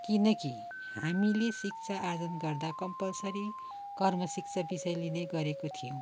किनकि हामीले शिक्षार्जन गर्दा कम्पलसरी कर्म शिक्षा विषय लिने गरेका थियौँ